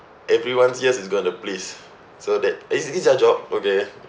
everyone's ears is going to pleased so that it is their job okay